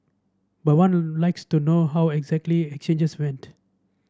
but one likes to know how exactly exchanges went